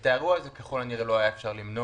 את האירוע הזה ככל הנראה לא היה אפשר למנוע,